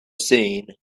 seen